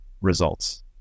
results